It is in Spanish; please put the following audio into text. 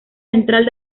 central